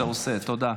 תודה.